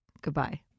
Goodbye